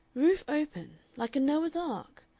roof open like a noah's ark.